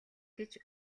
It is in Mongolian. гэж